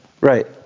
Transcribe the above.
Right